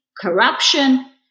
corruption